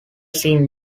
seeing